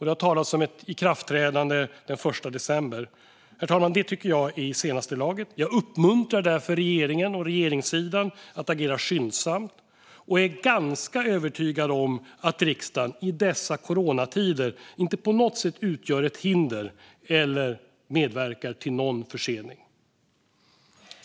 Det har talats om ett ikraftträdande den 1 december. Herr talman! Det tycker jag är i senaste laget. Jag uppmuntrar därför regeringen och regeringssidan att agera skyndsamt och är ganska övertygad om att riksdagen i dessa coronatider inte på något sätt utgör ett hinder för detta eller medverkar till försening.